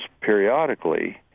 periodically